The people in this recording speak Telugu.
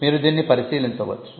మీరు దీనిని పరిశీలించవచ్చు